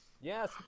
Yes